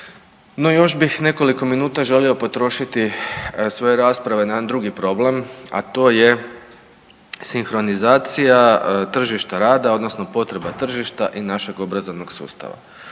no još bih nekoliko minuta želio potrošiti svoje rasprave na jedan drugi problem, a to je sinkronizacija tržišta rada odnosno potreba tržišta i našeg obrazovnog sustava.